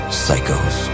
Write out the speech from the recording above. psychos